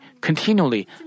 continually